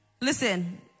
Listen